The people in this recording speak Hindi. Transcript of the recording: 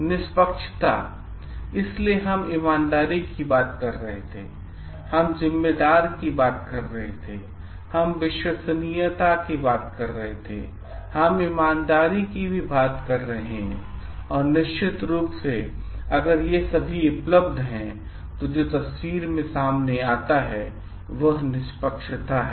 निष्पक्षता इसलिए हम ईमानदारी की बात कर रहे थे हम जिम्मेदारी की बात कर रहे थे हम विश्वसनीयता की बात करते थे हम ईमानदारी की भी बात कर रहे हैं और निश्चित रूप से अगर ये सभी उपलब्ध हैं वहाँ जो तस्वीर में आता है वह निष्पक्षता है